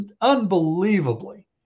unbelievably